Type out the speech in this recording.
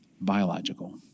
biological